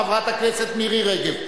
חברת הכנסת מירי רגב.